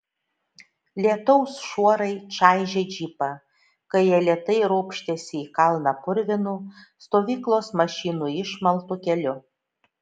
lietaus šuorai čaižė džipą kai jie lėtai ropštėsi į kalną purvinu stovyklos mašinų išmaltu keliu